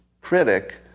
critic